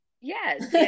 yes